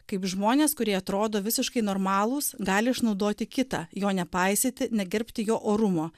kaip žmonės kurie atrodo visiškai normalūs gali išnaudoti kitą jo nepaisyti negerbti jo orumo